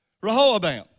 Rehoboam